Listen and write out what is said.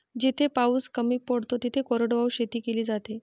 जिथे पाऊस कमी पडतो तिथे कोरडवाहू शेती केली जाते